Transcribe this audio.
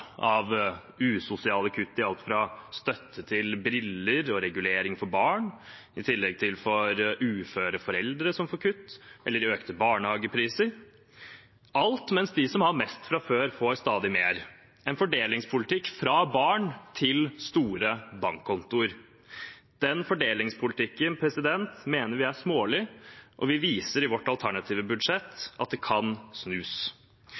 av usosiale kutt i alt fra støtte til briller og regulering for barn til kutt i tillegg for uføre foreldre eller økte barnehagepriser – alt mens de som har mest fra før, får stadig mer. Det er en fordelingspolitikk fra barn til store bankkontoer. Den fordelingspolitikken mener vi er smålig, og vi viser i vårt alternative budsjett at det kan snus.